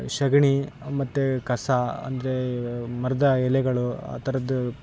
ಸಗಣಿ ಮತ್ತು ಕಸ ಅಂದರೆ ಮರದ ಎಲೆಗಳು ಆ ಥರದ್